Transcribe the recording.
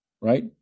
right